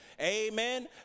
Amen